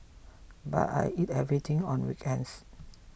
but I eat everything on weekends